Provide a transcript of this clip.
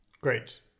Great